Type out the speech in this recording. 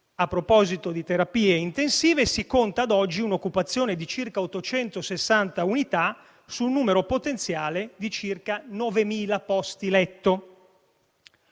A proposito di terapie intensive si conta ad oggi un'occupazione di circa 860 unità sul numero potenziale di circa 9.000 posti letto.